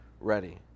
ready